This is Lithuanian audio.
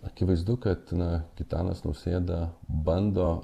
akivaizdu kad na gitanas nausėda bando